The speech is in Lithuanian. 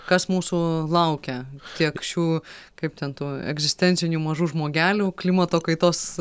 kas mūsų laukia kiek šių kaip ten tų egzistencinių mažų žmogelių klimato kaitos